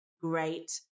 Great